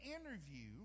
interview